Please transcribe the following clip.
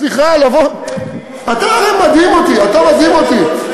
סליחה, אתה הרי מדהים אותי, אתה מדהים אותי.